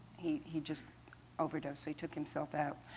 he he just overdosed so he took himself out.